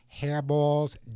hairballs